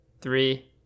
Three